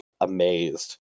amazed